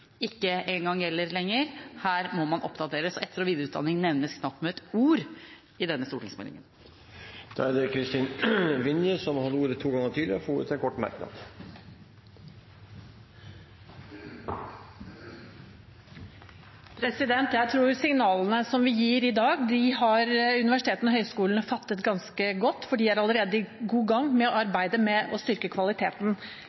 ikke engang gjelder lenger. Her må man oppdateres, og etter- og videreutdanning nevnes knapt med et ord i denne stortingsmeldingen. Representanten Kristin Vinje har hatt ordet to ganger tidligere og får ordet til en kort merknad, begrenset til 1 minutt. Jeg tror at de signalene som vi gir i dag, har universitetene og høyskolene fattet ganske godt, for de er allerede godt i gang med arbeidet med å